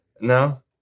No